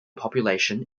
population